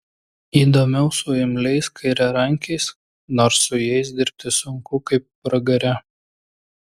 įdomiau su imliais kairiarankiais nors su jais dirbti sunku kaip pragare